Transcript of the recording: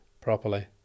properly